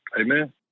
Amen